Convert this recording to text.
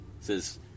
says